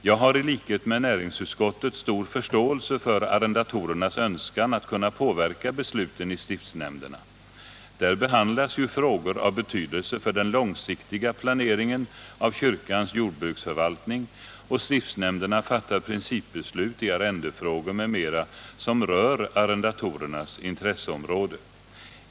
Jag har, i likhet med näringsutskottet, stor förståelse för arrendatorernas önskan att kunna påverka besluten i stiftshämnderna. Där behandlas ju frågor av betydelse för den långsiktiga planeringen av kyrkans jordbruksförvaltning, och stiftsnämnderna fattar principbeslut i arrendefrågor m.m., som rör arrendatorernas intresseområde.